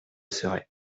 serai